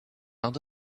out